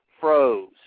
froze